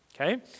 Okay